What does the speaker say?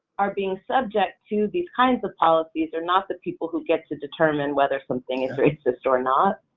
are being subject to these kinds of policies are not the people who get to determine whether something is racist or not.